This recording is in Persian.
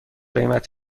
قیمت